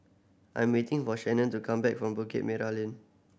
I'm waiting for Shanon to come back from Bukit Merah Lane